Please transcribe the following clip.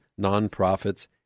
nonprofits